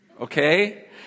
okay